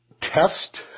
test